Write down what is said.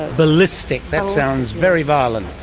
ballistic, that sounds very violent.